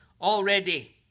already